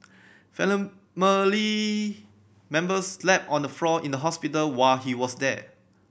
members slept on the floor in the hospital while he was there